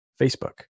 Facebook